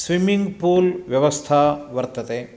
swimming pool व्यवस्था वर्तते